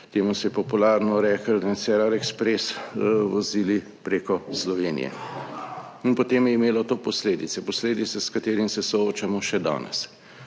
temu se je popularno rekli Cerar ekspres, vozili preko Slovenije, in potem je imelo to posledice, posledice s katerimi se soočamo še danes.